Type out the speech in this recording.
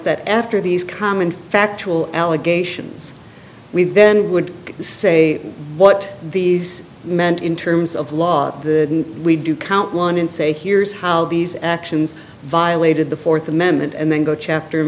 that after these common factual allegations we then would say what these meant in terms of law the we do count one and say here's how these actions violated the fourth amendment and then go chapter and